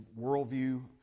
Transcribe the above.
worldview